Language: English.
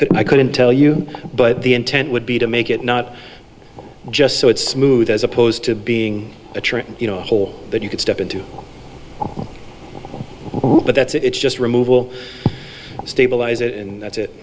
couldn't i couldn't tell you but the intent would be to make it not just so it's smooth as opposed to being a tree you know hole that you can step into but that's it it's just removal stabilize it and that's it